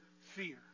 fear